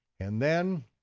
and then,